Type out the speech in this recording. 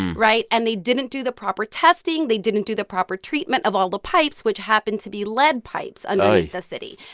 right? and they didn't do the proper testing. they didn't do the proper treatment of all the pipes, which happened to be lead pipes, underneath the city.